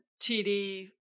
TD